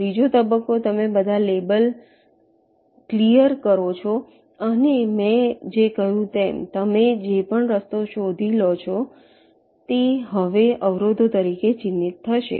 ત્રીજો તબક્કો તમે બધા લેબલ્સ ક્લિયર કરો છો અને મેં જે કહ્યું છે તેમ તમે જે પણ રસ્તો શોધી લીધો છે તે હવે અવરોધો તરીકે ચિહ્નિત થશે